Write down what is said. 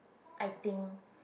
I think